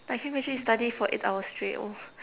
Like can you imagine you study for eight hours straight oh m~